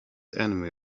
enemy